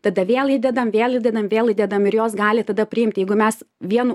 tada vėl įdedam vėl įdedam vėl įdedam ir jos gali tada priimti jeigu mes vienu